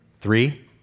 Three